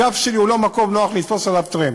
הגב שלי הוא לא מקום נוח לתפוס עליו טרמפ.